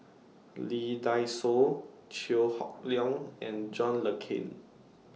Lee Dai Soh Chew Hock Leong and John Le Cain